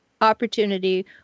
opportunity